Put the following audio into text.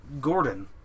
Gordon